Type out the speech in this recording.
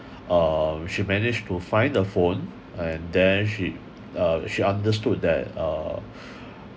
uh she managed to find the phone and then she uh she understood that uh